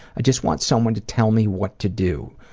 i just want someone to tell me what to do,